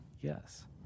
Yes